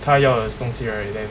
他要的东西 right then